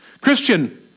Christian